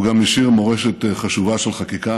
הוא גם השאיר מורשת חשובה של חקיקה,